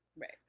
Right